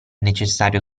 necessario